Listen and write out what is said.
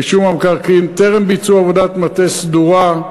רישום המקרקעין, טרם ביצעו עבודת מטה סדורה,